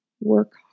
Work